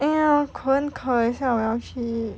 !aiya! 一下我要去